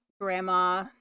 grandma